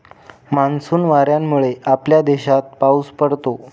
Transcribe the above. monsoon वाऱ्यांमुळे आपल्या देशात पाऊस पडतो